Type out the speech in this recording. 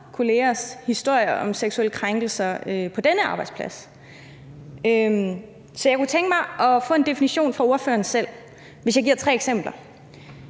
kollegers historier om seksuelle krænkelser på denne arbejdsplads. Så kunne jeg tænke mig at få en definition fra ordføreren selv, hvis jeg giver tre eksempler.